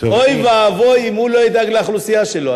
אוי ואבוי אם הוא לא ידאג לאוכלוסייה שלו.